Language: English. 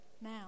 Now